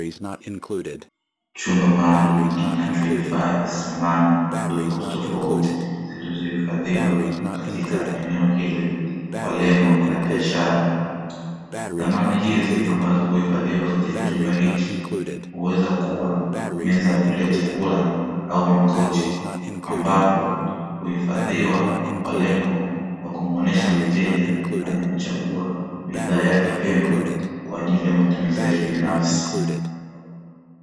Chumba maalumu kinachohifadhi samani tofautitofauti, zilizohifadhiwa katika eneo hili kwa lengo la biashara. Samani hizi ambazo huifadhiwa katika chumba hichi, huweza kuwa meza ya kulia chakula au makochi ambapo huifadhiwa kwa lengo la kumuonyesha mteja aje kuchagua bidhaa yake pendwa kwa ajili ya matumizi yake binafsi.